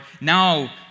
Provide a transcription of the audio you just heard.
Now